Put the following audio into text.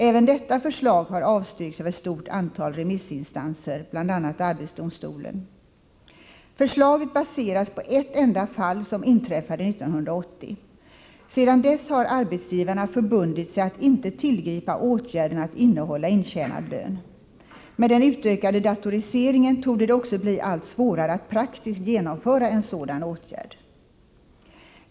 Även detta förslag har avstyrkts av ett stort antal remissinstanser, bl.a. arbetsdomstolen. Förslaget baseras på ett enda fall, som inträffade 1980. Sedan dess har arbetsgivarna förbundit sig att inte tillgripa åtgärden att innehålla intjänad lön. Med den utökade datoriseringen torde det också bli allt svårare att praktiskt genomföra en sådan åtgärd.